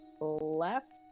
left